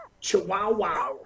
Chihuahua